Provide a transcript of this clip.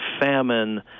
famine